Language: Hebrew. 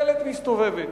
דלת מסתובבת.